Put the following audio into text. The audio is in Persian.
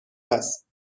است